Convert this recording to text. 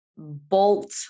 bolt